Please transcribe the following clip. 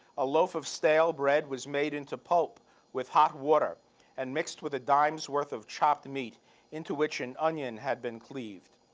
a loaf of stale bread was made into pulp with hot water and mixed with a dime's worth of chopped meat into which an onion had been cleaved.